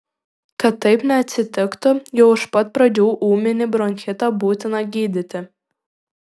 kad taip neatsitiktų jau iš pat pradžių ūminį bronchitą būtina gydyti